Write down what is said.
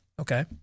okay